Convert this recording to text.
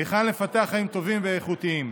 היכן לפתח חיים טובים ואיכותיים.